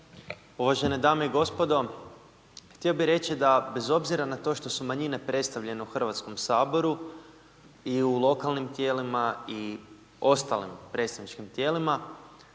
Uvažene dame i gospodo. Htio bih reći da bez obzira na to što su manjine predstavljene u HS-u i u lokalnim tijelima i ostalim predstavničkim tijelima,